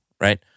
right